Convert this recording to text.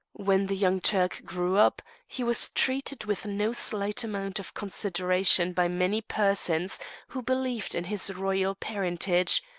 when the young turk grew up, he was treated with no slight amount of consideration by many persons who believed in his royal parentage,